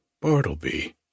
Bartleby